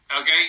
Okay